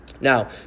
Now